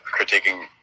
critiquing